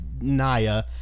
Naya